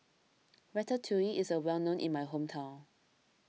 Ratatouille is well known in my hometown